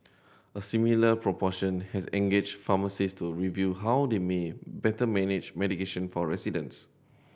a similar proportion has engaged pharmacist to review how they may better manage medication for residents